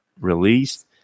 released